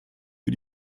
für